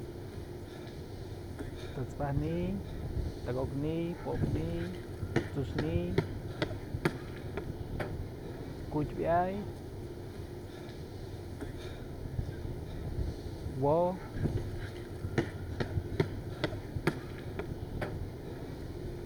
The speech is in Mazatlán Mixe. Të'ëts pajk ni'iy, tëko'ok ni'iy, pop ni'iy, tsu'ux ni'iy, ku'utpë a'ay, wo'o.